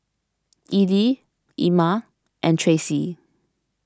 Ellie Ima and Tracey